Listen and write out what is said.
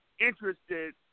interested